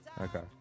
okay